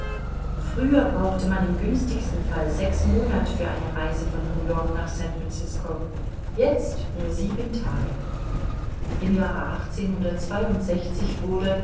früher brauchte man im günstigsten fall sechs monat für eine reise von new-york nach san francisco jetzt nur sieben tage im jahre wurde